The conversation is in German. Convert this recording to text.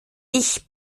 ich